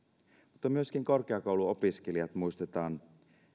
myöskin korkeakouluopiskelijat muistetaan